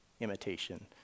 imitation